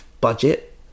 budget